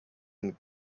and